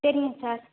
சரிங்க சார்